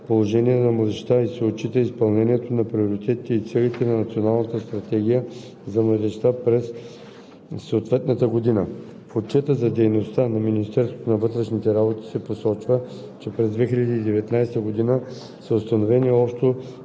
Докладът се изготвя и внася на основание чл. 5, ал. 2 от Закона за младежта. В Годишния доклад се излагат измененията в социално-икономическото положение на младежите и се отчита изпълнението на приоритетите и целите на Националната стратегия за младежта през